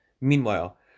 Meanwhile